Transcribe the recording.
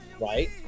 right